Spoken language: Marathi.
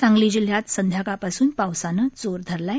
सांगली जिल्ह्यात संध्याकाळपासून पावसानं जोर धरला आहे